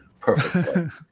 perfect